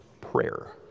prayer